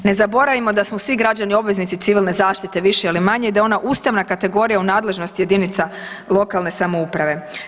Ne zaboravimo da smo svi građani obveznici civilne zaštite više ili manje i da je ona ustavna kategorija u nadležnosti jedinica lokalne samouprave.